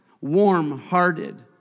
warm-hearted